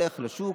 והולך לשוק.